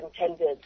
intended